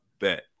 bet